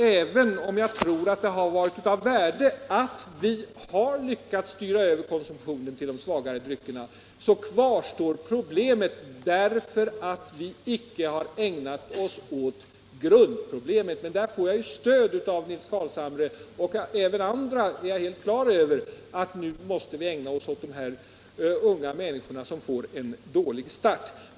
Även om jag tror att det har varit av värde att vi lyckats styra över konsumtionen till svagare drycker så kvarstår problemen, därför att vi inte har ägnat oss åt grundproblemet. Men jag får stöd av Nils Carlshamre och även andra — det är jag helt klar över — när jag säger att nu måste vi ägna oss åt de unga människor som får en dålig start.